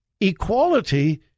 Equality